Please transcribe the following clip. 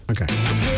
Okay